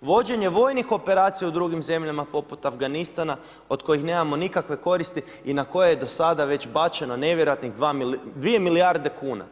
vođenje vojnih operacija u drugim zemljama poput Afganistana od kojih nemamo nikakve koristi i na koje je do sada već bačeno nevjerojatnih dvije milijarde kuna.